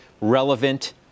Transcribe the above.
relevant